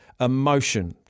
emotion